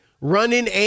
running